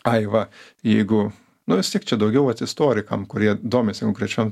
ai va jeigu nu vis tiek čia daugiau vat istorikam kurie domisi konkrečiom